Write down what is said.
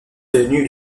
devenue